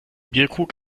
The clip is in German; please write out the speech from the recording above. bierkrug